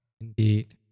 Indeed